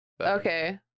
Okay